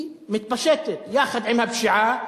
היא מתפשטת יחד עם הפשיעה.